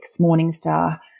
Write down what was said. Morningstar